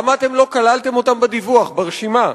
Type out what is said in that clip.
למה אתם לא כללתם אותם בדיווח, ברשימה?